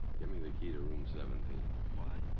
give me the key to room seventeen. what?